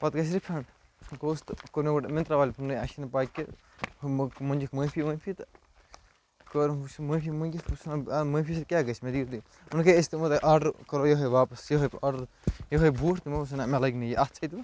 پَتہٕ گژھہِ رِفَنٛڈ بہٕ گوس تہٕ کوٚر مےٚ گۄڈٕ مِنترا والیٚن فون ہے اسہِ چھیٚے نہٕ پاے کیٚنٛہہ ہُو مٔنجِکھ معٲفی وٲفی تہٕ کٔر مےٚ بہٕ چھُس معٲفی منٛگِتھ بہٕ چھُس وَنان ٲں معٲفی سۭتۍ کیٛاہ گژھہِ مےٚ دِیُو تُہۍ دوٚپنَکھ ہے أسۍ دِمہو آرڈَر کرو یِہٲے واپَس یِہٲے بوٗ آرڈَر یِہٲے بوٗٹھ دۄپمَس نَہ مےٚ لَگہِ نہٕ یہِ اَتھ سۭتۍ وۄنۍ